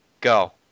go